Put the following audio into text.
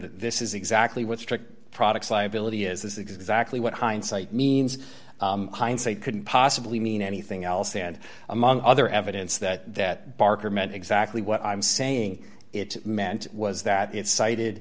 that this is exactly what strict products liability is exactly what hindsight means hindsight couldn't possibly mean anything else and among other evidence that barker meant exactly what i'm saying it meant was that i